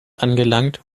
angelangt